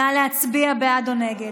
נא להצביע, בעד או נגד.